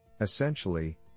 Essentially